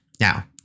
Now